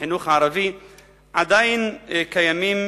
עדיין קיימים